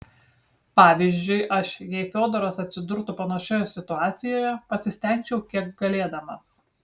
pavyzdžiui aš jei fiodoras atsidurtų panašioje situacijoje pasistengčiau kiek galėdamas